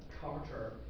Carter